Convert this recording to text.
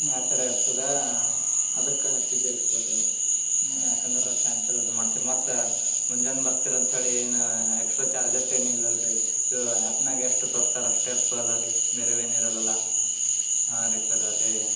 ಆ ಥರ ಇರ್ತದೆ ಅದಕ್ಕೆ ಹಚ್ಚಿದ್ದೆ ಸರ್ ಯಾಕಂದ್ರೆ ಕ್ಯಾನ್ಸಲ್ ಅದೆ ಮಾಡ್ತಿರಿ ಮತ್ತು ಮುಂಜಾನೆ ಬರ್ತಿರಿ ಅಂತ ಹೇಳಿ ಏನು ಎಕ್ಸ್ಟ್ರಾ ಚಾರ್ಜಸ್ ಏನು ಇಲ್ಲಲ್ಲ ರೀ ಆ್ಯಪ್ನಾಗ ಎಷ್ಟು ತೋರ್ಸ್ಯರ ಅಷ್ಟೇ ಇರ್ತದೆ ಅಲ್ಲ ರೀ ಬೇರೆವೇನು ಇರಲ್ಲಲ್ಲ ಹಾಂ ರೀ ಸರ ಅದೇ